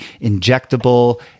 injectable